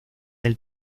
del